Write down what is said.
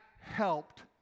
helped